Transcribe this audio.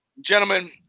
Gentlemen